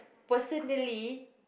personally